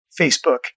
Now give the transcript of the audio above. Facebook